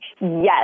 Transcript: Yes